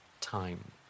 time